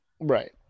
Right